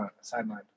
sideline